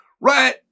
right